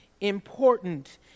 important